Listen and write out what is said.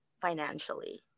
financially